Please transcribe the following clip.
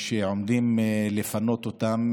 שעומדים לפנות אותם,